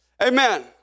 amen